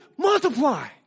multiply